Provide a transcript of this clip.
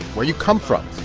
where you come from.